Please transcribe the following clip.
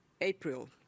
April